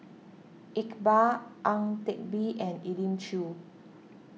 Iqbal Ang Teck Bee and Elim Chew